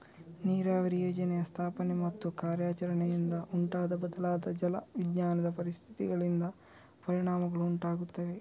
ನೀರಾವರಿ ಯೋಜನೆಯ ಸ್ಥಾಪನೆ ಮತ್ತು ಕಾರ್ಯಾಚರಣೆಯಿಂದ ಉಂಟಾದ ಬದಲಾದ ಜಲ ವಿಜ್ಞಾನದ ಪರಿಸ್ಥಿತಿಗಳಿಂದ ಪರಿಣಾಮಗಳು ಉಂಟಾಗುತ್ತವೆ